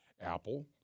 Apple